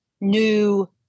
New